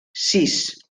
sis